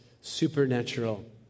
supernatural